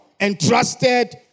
entrusted